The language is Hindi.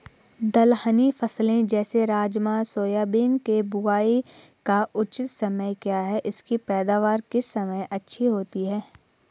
दलहनी फसलें जैसे राजमा सोयाबीन के बुआई का उचित समय क्या है इसकी पैदावार किस समय अच्छी होती है?